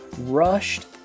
rushed